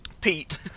Pete